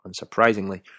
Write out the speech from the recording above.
Unsurprisingly